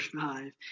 five